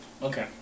Okay